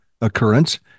occurrence